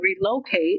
relocate